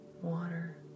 Water